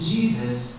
Jesus